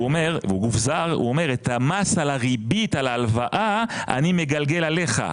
אומר והוא גוף זר שאת המס על הריבית על ההלוואה אני מגלגל עליך,